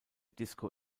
disco